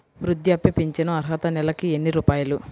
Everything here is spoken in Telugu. వృద్ధాప్య ఫింఛను అర్హత నెలకి ఎన్ని రూపాయలు?